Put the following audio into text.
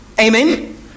Amen